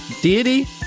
deity